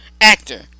actor